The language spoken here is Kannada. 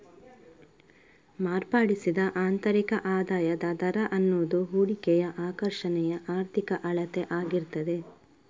ಮಾರ್ಪಡಿಸಿದ ಆಂತರಿಕ ಆದಾಯದ ದರ ಅನ್ನುದು ಹೂಡಿಕೆಯ ಆಕರ್ಷಣೆಯ ಆರ್ಥಿಕ ಅಳತೆ ಆಗಿರ್ತದೆ